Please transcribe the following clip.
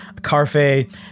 Carfe